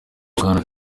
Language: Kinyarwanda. bwana